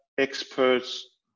Experts